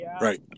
Right